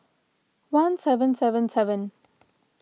one seven seven seven